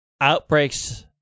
outbreaks